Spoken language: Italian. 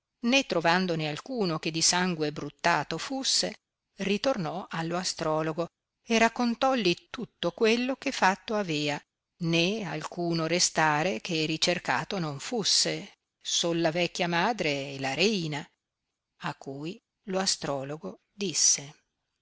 né trovandone alcuno che di sangue bruttato fusse ritornò allo astrologo e raccontolli tutto quello che fatto avea né alcuno restare che ricercato non fusse sol la vecchia madre e la reina a cui lo astrologo disse